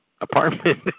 apartment